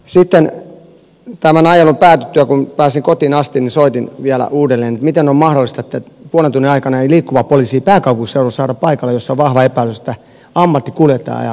syytän tämän ajelun päätyttyä kun pääsin kotiin asti soitin vielä uudelleen mitään omaa haistatte puolen tunnin aikana ei liiku esittää kauhuissaan saada paikalle jossa vahva epäilys että ammattikuljettaja